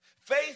Faith